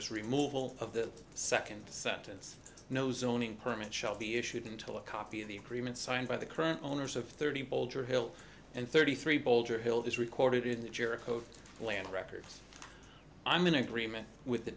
his removal of the second sentence no zoning permit shall be issued until a copy of the agreement signed by the current owners of thirty bolger hill and thirty three boulder hill this recorded in the jericho land record i'm going agreement with the